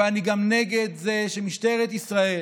אבל אני גם נגד זה שמשטרת ישראל,